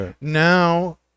Now